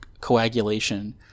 coagulation